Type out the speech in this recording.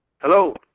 hello